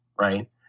right